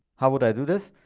how would i do this?